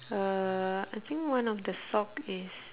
uh I think one of the sock is